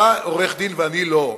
אתה עורך-דין ואני לא,